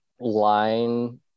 line